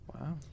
Wow